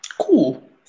Cool